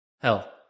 hell